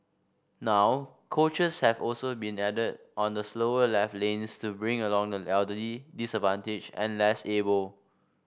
now coaches have also been added on the slower left lanes to bring along the elderly disadvantaged and less able